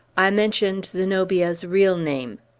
i mentioned zenobia's real name.